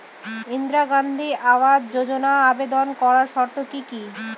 ইন্দিরা গান্ধী আবাস যোজনায় আবেদন করার শর্ত কি কি?